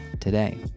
today